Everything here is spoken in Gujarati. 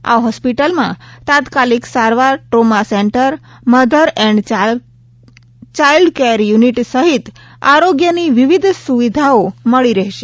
આ હોસ્પિટલમાં તાત્કાલિક સારવાર trauma centre mother and child care unit સહિત આરોગ્યની વિવિધ સુવિધાઓ મળી રહેશે